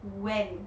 when